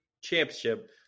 championship